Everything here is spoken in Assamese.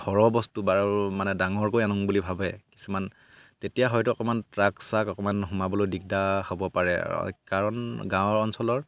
সৰহ বস্তু বাৰু মানে ডাঙৰকৈ আনো বুলি ভাবে কিছুমান তেতিয়া হয়তো অকমান ট্ৰাক চাক অকমান সোমাবলৈ দিগদাৰ হ'ব পাৰে কাৰণ গাঁৱৰ অঞ্চলৰ